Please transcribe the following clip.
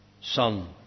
Son